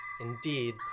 Indeed